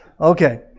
Okay